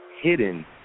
hidden